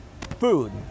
food